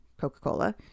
coca-cola